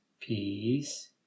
peace